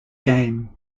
game